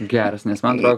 geras nes man atrodo